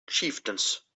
chieftains